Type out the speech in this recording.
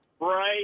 Right